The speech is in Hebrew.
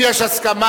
אם יש הסכמה,